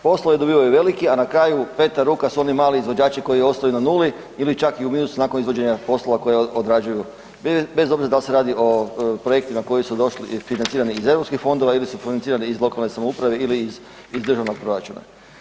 Poslove dobivaju veliki a na kraju peta ruka su oni mali izvođači koji ostaju na nuli ili čak u minusu nakon izvođenja poslova koje odrađuju, bez obzira dal se radi o projektima koji su došli financirani iz europskih fondova ili su financirani iz lokalne samouprave ili iz državnog proračuna.